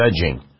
judging